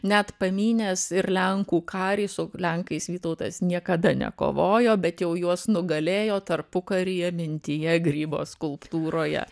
net pamynęs ir lenkų karį su lenkais vytautas niekada nekovojo bet jau juos nugalėjo tarpukaryje mintyje grybo skulptūroje